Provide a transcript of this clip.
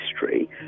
history